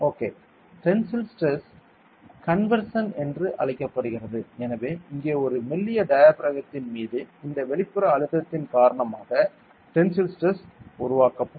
okay tensile stress conversion என்று அழைக்கப்படுகிறது எனவே இங்கே ஒரு மெல்லிய டயாபிறகம்த்தின் மீது இந்த வெளிப்புற அழுத்தத்தின் காரணமாக டென்சைல் ஸ்ட்ரெஸ் உருவாக்கப்படும்